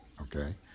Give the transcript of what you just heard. okay